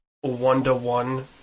one-to-one